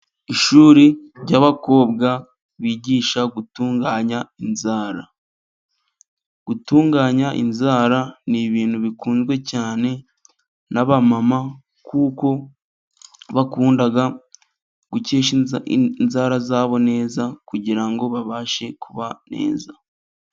Ishuri ry'abakobwa bigisha gutunganya inzara. Gutunganya inzara ni ibintu bikunzwe cyane n'abamama, kuko bakunda gucyesha inzara zabo neza kugira ngo babashe kuba neza.